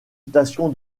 station